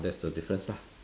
that's the difference lah